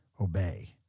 obey